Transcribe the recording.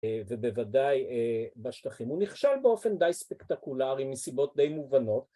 ובוודאי בשטחים. הוא נכשל באופן די ספקטקולרי מסיבות די מובנות.